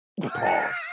Pause